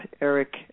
Eric